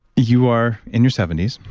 you are in your seventy s.